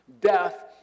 Death